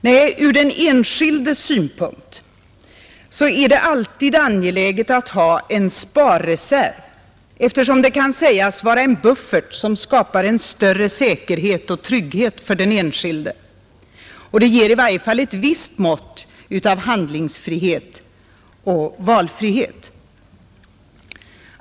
Nej, ur den enskildes synpunkt är det alltid angeläget att ha en sparreserv, eftersom den kan sägas vara en buffert som skapar större säkerhet och trygghet för den enskilde, och den ger i varje fall ett visst mått av handlingsfrihet och valfrihet.